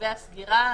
צווי הסגירה.